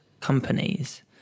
companies